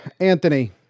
Anthony